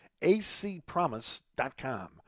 ACpromise.com